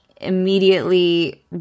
immediately